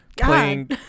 playing